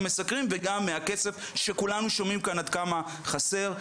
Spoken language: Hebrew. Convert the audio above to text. וגם מהכסף שכולנו שומעים כאן עד כמה חסר.